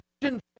Christian